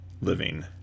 Living